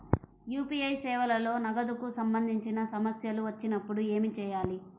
UPI సేవలలో నగదుకు సంబంధించిన సమస్యలు వచ్చినప్పుడు ఏమి చేయాలి?